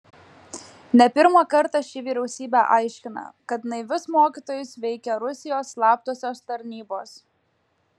ne pirmą kartą ši vyriausybė aiškina kad naivius mokytojus veikia rusijos slaptosios tarnybos